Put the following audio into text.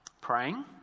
Praying